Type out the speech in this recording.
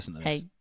hey